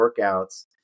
workouts